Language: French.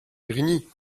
grigny